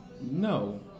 No